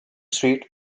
street